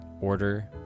order